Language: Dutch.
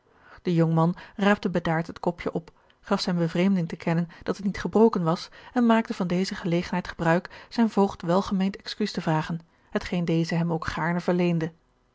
de jongman raapte bedaard het kopje op gaf zijne bevreemding te kennen dat het niet gebroken was en maakte van deze gelegenheid gebruik zijn voogd welgemeend excuus te vragen hetgeen deze hem ook gaarne verleende